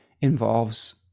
involves